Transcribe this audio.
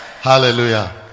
hallelujah